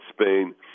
Spain